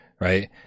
right